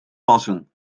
passen